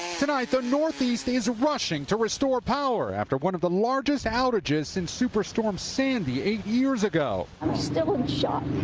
tonight the northeast is rushing to restore power after one of the largest outages since super storm sandy eight years ago. i'm still in shock.